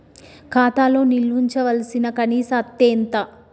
ఖాతా లో నిల్వుంచవలసిన కనీస అత్తే ఎంత?